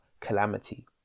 calamity